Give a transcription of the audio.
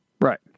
Right